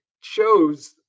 shows